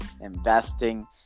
investing